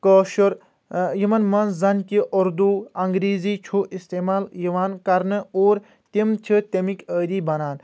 یِمن منٛز زن کہ اُردوٗ انگریٖزی چُھ اِستعمال یِوان کرنہٕ اور تِم چھ تٔمِکۍ عأدی بنان